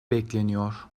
bekleniyor